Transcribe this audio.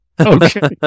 Okay